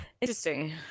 Interesting